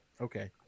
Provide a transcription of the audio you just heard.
Okay